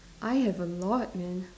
I have a lot man